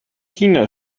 china